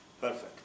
perfect